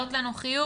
להעלות לנו חיוך?